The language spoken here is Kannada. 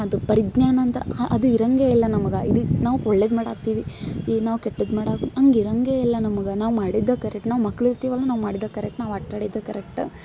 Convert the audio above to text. ಒಂದು ಪರಿಜ್ಞಾನ ಅಂತರ ಅದು ಇರೋಂಗೆ ಇಲ್ಲ ನಮ್ಗೆ ಇದು ನಾವು ಒಳ್ಳೇದು ಮಾಡಾತ್ತೀವಿ ಈಗ ನಾವು ಕೆಟ್ಟದು ಮಾಡೋಕೆ ಹಂಗೆ ಇರೋಂಗೆ ಇಲ್ಲ ನಮ್ಗೆ ನಾವು ಮಾಡಿದ್ದ ಕರೆಕ್ಟ್ ನಾವು ಮಕ್ಳು ಇರ್ತೀವಿ ಅಲ್ಲ ನಾವು ಮಾಡಿದ್ದೇ ಕರೆಕ್ಟ್ ನಾವು ಆಟ ಆಡಿದ್ದೇ ಕರೆಕ್ಟ್